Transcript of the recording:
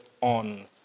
on